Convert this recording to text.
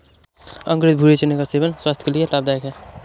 अंकुरित भूरे चने का सेवन स्वास्थय के लिए लाभदायक है